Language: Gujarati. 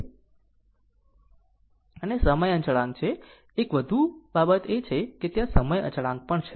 અને સમય અચળાંક છે એક વધુ બાબત એ છે કે ત્યાં સમય અચળાંક પણ છે